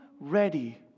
ready